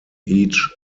each